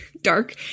dark